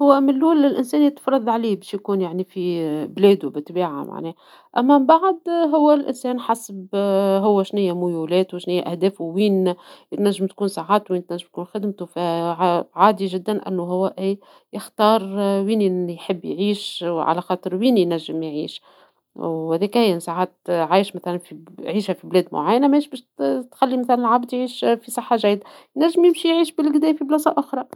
هو مل أول الإنسان يتفرض عليه باش يكون يعني في آآ بلادو بطبيعة معناها أما بعد هو الإنسان حسب آآ هو شنيا ميولاتو وشنيا أهدافو وين تنجم تكون ساعاتو وين تنجم تكون خدمتو، فعادي جدا أنو هو يختار آآ وين أن يحب يعيش وعلى خاطر وين ينجم يعيش، وذكايا ساعات عايش مثلا فى ب عيشة في بلاد معينة ماهي اشبتخلى نظام العبد يعيش في صحه جيدة، نجم يمشى يعيش بلقدام فى بلاصه أخرى.